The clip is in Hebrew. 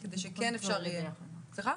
כמו שהשרה הזכירה,